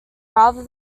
rather